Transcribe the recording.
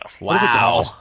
Wow